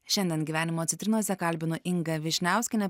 šiandien gyvenimo citrinose kalbinu ingą vyšniauskienę